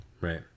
right